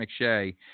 McShay